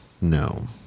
no